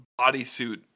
bodysuit